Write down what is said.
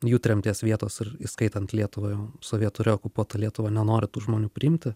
jų tremties vietos ir įskaitant lietuvą jau sovietų reokupuotą lietuvą nenori tų žmonių priimti